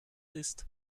ist